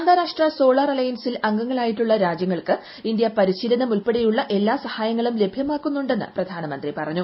അന്താരാഷ്ട്ര സോളാർ അലയൻസിൽ അംഗങ്ങളായിട്ടുള്ള രാജ്യങ്ങൾക്ക് ഇന്ത്യ പരിശീലനം ഉൾപ്പെടെയുള്ള എല്ലാ സഹായങ്ങളും ലഭ്യമാക്കുന്നുണ്ടെന്ന് പ്രിയാനമന്ത്രി പറഞ്ഞു